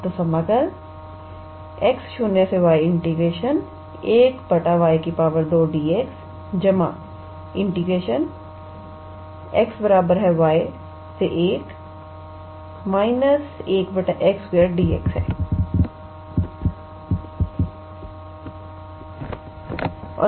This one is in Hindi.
तो समाकलx0y 1𝑦2 𝑑𝑥 xy1 − 1x2 𝑑𝑥 है